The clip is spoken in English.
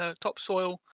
topsoil